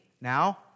now